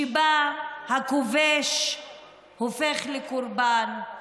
שבה הכובש הופך לקורבן,